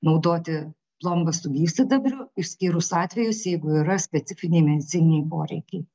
naudoti plombas su gyvsidabriu išskyrus atvejus jeigu yra specifiniai medicininiai poreikiai